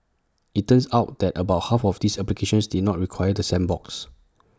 IT turns out that about half of these applications did not require the sandbox